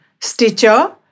Stitcher